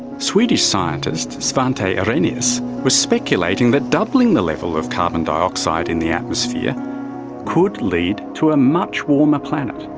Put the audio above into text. swedish scientist svante arrhenius was speculating that doubling the level of carbon dioxide in the atmosphere could lead to a much warmer planet.